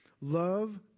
Love